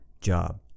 job